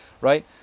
right